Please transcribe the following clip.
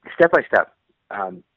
step-by-step